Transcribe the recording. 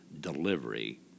delivery